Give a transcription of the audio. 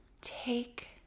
Take